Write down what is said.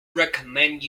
recommend